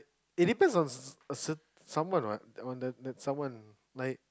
it depends on a cer~ someone what on the the someone like